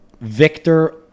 Victor